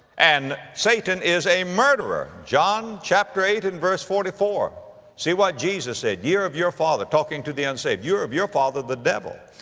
and satan is a murderer. john chapter eight and verse forty four see what jesus said, ye are of your father, talking to the unsaved, you are of your father the devil,